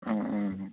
ಹಾಂ ಹ್ಞೂ ಹ್ಞೂ